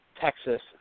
Texas